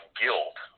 guilt